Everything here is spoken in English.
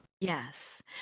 Yes